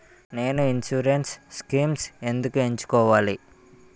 నేను insurance schemes ఎందుకు ఎంచుకోవాలి?